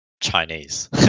Chinese